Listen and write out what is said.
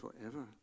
forever